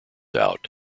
out